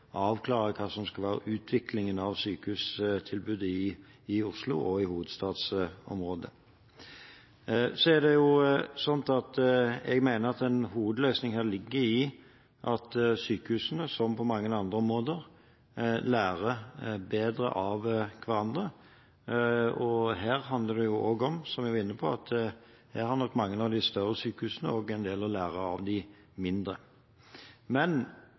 avklare hva som skal være utviklingen av sykehustilbudet i Oslo og i hovedstadsområdet. Jeg mener at en hovedløsning her ligger i at sykehusene, som mange andre områder, lærer bedre av hverandre. Her handler det om – som jeg var inne på – at mange av de større sykehusene nok også har en del å lære av de mindre. Men